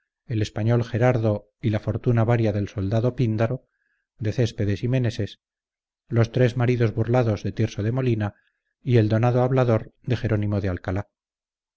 el español gerardo y la fortuna varia del soldado píndaro de céspedes y meneses los tres maridos burlados de tirso de molina y el donado hablador de jerónimo de alcalá